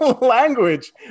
language